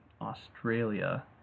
Australia